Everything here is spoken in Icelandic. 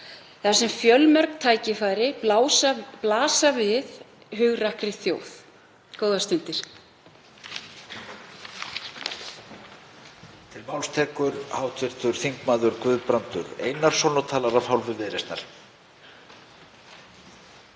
þar sem fjölmörg tækifæri blasa við hugrakkri þjóð. — Góðar stundir.